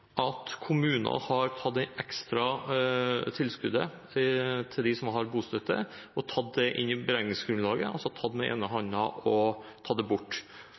at kommuner har tatt det ekstra tilskuddet til de som har bostøtte, inn i beregningsgrunnlaget, altså gitt med den ene hånden og så tatt det bort?